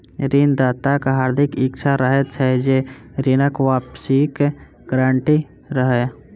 ऋण दाताक हार्दिक इच्छा रहैत छै जे ऋणक वापसीक गारंटी रहय